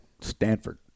Stanford